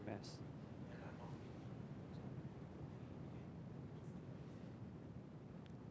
as